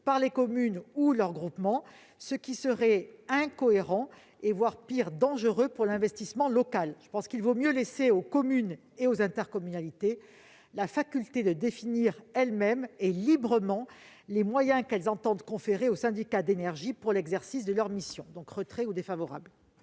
par les communes ou par leurs groupements, ce qui serait incohérent et, pire, dangereux pour l'investissement local. Il vaut mieux laisser aux communes et aux intercommunalités la faculté de définir, elles-mêmes et librement, les moyens qu'elles entendent conférer aux syndicats d'énergie pour l'exercice de leurs missions. Je demande donc le